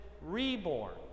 reborn